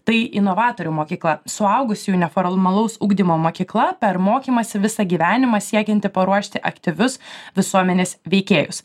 tai inovatorių mokykla suaugusiųjų neformalaus ugdymo mokykla per mokymąsi visą gyvenimą siekianti paruošti aktyvius visuomenės veikėjus